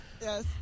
Yes